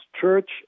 church